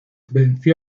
venció